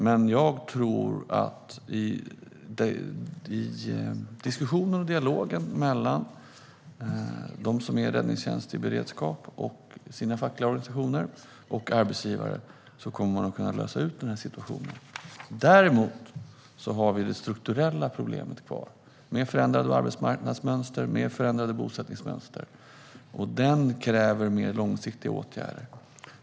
Men jag tror att i diskussionen och dialogen mellan å ena sidan dem som är räddningstjänst i beredskap och fackliga organisationer och å andra sidan arbetsgivare kommer man att kunna lösa situationen. Däremot har vi kvar det strukturella problemet. Det handlar om förändrade arbetsmarknads och bosättningsmönster. Detta kräver mer långsiktiga åtgärder.